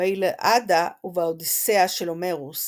באיליאדה ובאודיסיאה של הומרוס